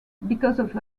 because